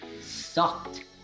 sucked